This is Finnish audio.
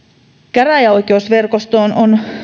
käräjäoikeusverkostoon